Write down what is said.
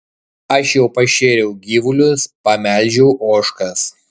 aš jau pašėriau gyvulius pamelžiau ožkas